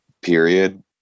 period